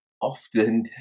often